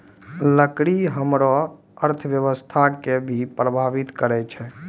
लकड़ी हमरो अर्थव्यवस्था कें भी प्रभावित करै छै